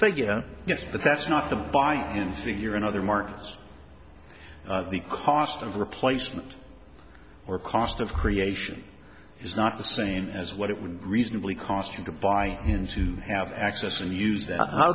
figure yes but that's not the buying in figure in other markets the cost of replacement or cost of creation is not the same as what it would reasonably cost you to buy ins who have access and use